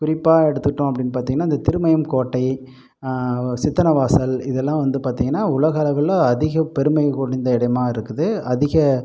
குறிப்பாக எடுத்துக்கிட்டோம் அப்படின்னு பார்த்தீங்கன்னா இந்த திருமயம் கோட்டை சித்தன்னவாசல் இதெல்லாம் வந்து பார்த்தீங்கன்னா உலக அளவில் அதிக பெருமைக்குடிந்த இடமாக இருக்குது அதிக